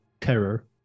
terror